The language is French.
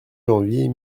janvier